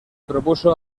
propuso